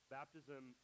baptism